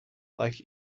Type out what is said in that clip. like